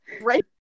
Right